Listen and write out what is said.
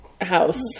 house